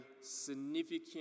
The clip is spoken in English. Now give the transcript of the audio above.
significant